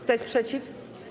Kto jest przeciw?